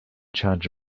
charge